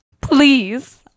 Please